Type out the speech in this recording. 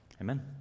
Amen